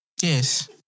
Yes